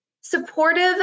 supportive